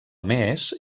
més